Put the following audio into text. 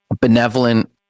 benevolent